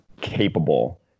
capable